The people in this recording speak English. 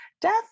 death